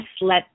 let